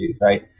right